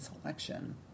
selection